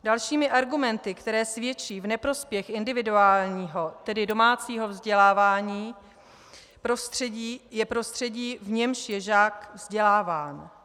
Dalšími argumenty, které svědčí v neprospěch individuálního, tedy domácího vzdělávání, je prostředí, v němž je žák vzděláván.